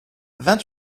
vingt